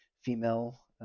female